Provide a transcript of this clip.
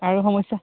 আৰু সমস্যা